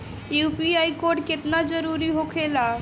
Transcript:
UPI code केतना जरुरी होखेला?